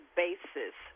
basis